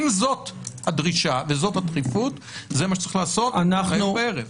אם זאת הדרישה וזאת הדחיפות זה מה שצריך לעשות כבר הערב.